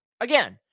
again